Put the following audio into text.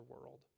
world